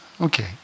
Okay